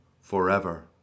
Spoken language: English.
forever